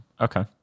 okay